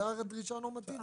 זה הרי דרישה נורמטיבית.